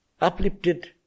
uplifted